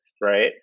right